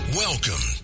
Welcome